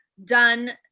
Done